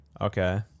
Okay